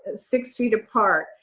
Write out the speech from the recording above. ah six feet apart,